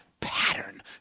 pattern